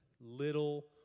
little